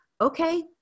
okay